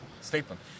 statement